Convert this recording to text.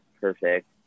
perfect